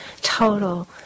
total